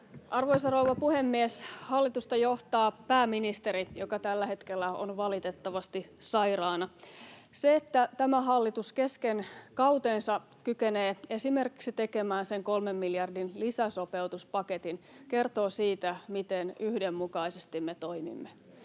Arvoisa rouva puhemies! Hallitusta johtaa pääministeri, joka tällä hetkellä on valitettavasti sairaana. Se, että tämä hallitus kesken kautensa kykenee esimerkiksi tekemään sen kolmen miljardin lisäsopeutuspaketin, kertoo siitä, miten yhdenmukaisesti me toimimme.